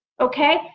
okay